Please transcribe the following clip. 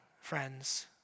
friends